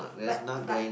but but